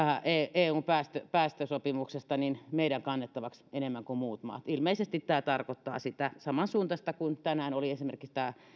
eun päästösopimuksesta meidän kannettavaksi enemmän kuin muut maat ilmeisesti tämä tarkoittaa sitä samansuuntaista kuin tänään oli esimerkiksi tämä